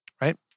right